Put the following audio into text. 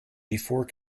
before